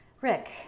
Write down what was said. Rick